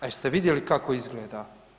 A jeste vidjeli kako izgleda?